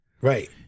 Right